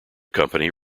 company